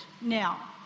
now